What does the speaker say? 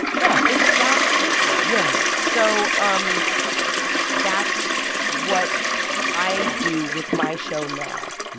yeah it's that simple yeah so um that's what i do with my show now.